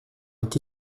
est